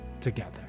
together